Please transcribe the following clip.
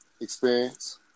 experience